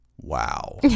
Wow